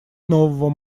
нового